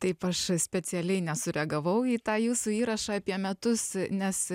taip aš specialiai nesureagavau į tą jūsų įrašą apie metus nes